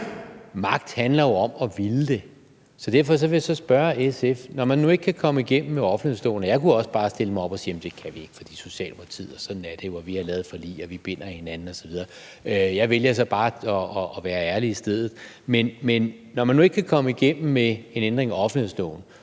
magt handler jo om at ville det. Så derfor vil jeg spørge SF: Når man nu ikke kan komme igennem med en ændring af offentlighedsloven – og jeg kunne også bare stille mig op og sige, at det kan vi ikke, for der er Socialdemokratiet, og sådan er det jo, og vi har lavet et forlig, og vi binder hinanden osv.; jeg vælger så bare at være ærlig i stedet – kunne man så ikke få SF's ordførers tilkendegivelse af,